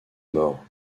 mort